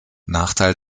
nachteil